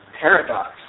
paradox